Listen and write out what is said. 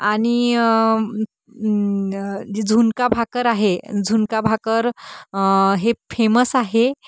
आणि जी झुणका भाकर आहे झुणका भाकर हे फेमस आहे